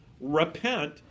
repent